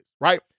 right